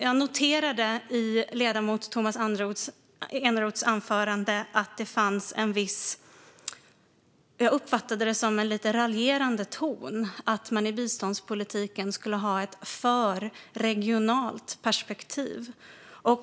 Jag noterade i ledamot Tomas Eneroths anförande att det fanns en viss raljerande ton att man i biståndspolitiken skulle ha ett för regionalt perspektiv.